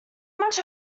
much